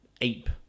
ape